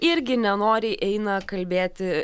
irgi nenoriai eina kalbėti